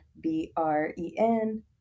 B-R-E-N